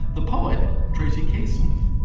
the poet tracy k. smith,